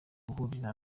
guhurira